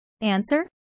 Answer